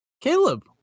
Caleb